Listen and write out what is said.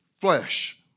flesh